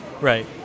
Right